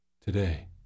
today